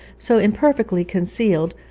so imperfectly concealed,